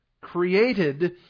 created